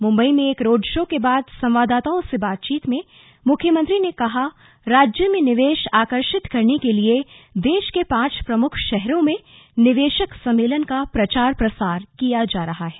मुबंई में एक road show के बाद संवाददाताओं से बातचीत में मुख्यमंत्री ने कहा कि राज्य में निवेश आकर्षित करने के लिये देश के पांच प्रमुख शहरों में निवेशक सम्मेलन का प्रचार प्रसार किया जा रहा है